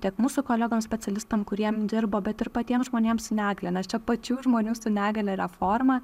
tiek mūsų kolegoms specialistam kuriem dirbo bet ir patiems žmonėms su negalia nes čia pačių žmonių su negalia reforma